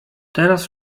teraz